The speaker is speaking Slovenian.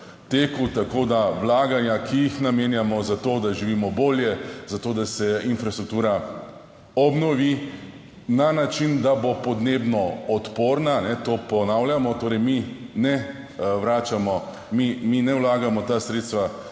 tako da vlaganja, ki jih namenjamo za to, da živimo bolje, za to, da se infrastruktura obnovi na način, da bo podnebno odporna, to ponavljamo, torej mi ne vračamo, mi ne